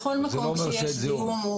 בכל מקום שיש זיהום,